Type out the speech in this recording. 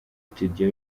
studio